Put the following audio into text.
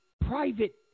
private